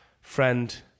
friend